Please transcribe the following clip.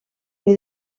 que